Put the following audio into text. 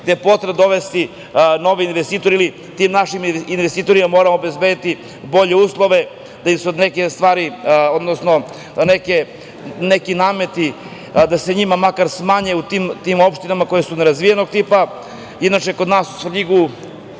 je potrebno dovesti nove investitore ili tim našim investitorima moramo obezbediti bolje uslove da im se neki nameti makar smanje u tim opštinama koje su nerazvijenog tipa. Inače, kod nas u Svrljigu